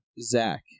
Zach